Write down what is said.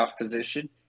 position